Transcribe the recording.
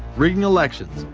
rigging elections,